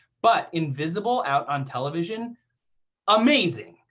but invisible out on television amazing!